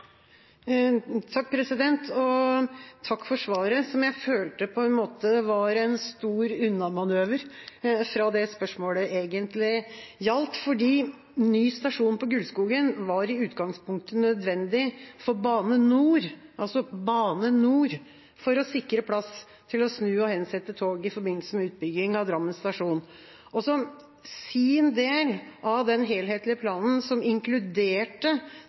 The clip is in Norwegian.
måte var en stor unnamanøver fra det spørsmålet egentlig gjaldt. Ny stasjon på Gulskogen var i utgangspunktet nødvendig for Bane NOR – altså Bane NOR – for å sikre plass til å snu og hensette tog i forbindelse med utbygging av Drammen stasjon. Som sin del av den helhetlige planen, som inkluderte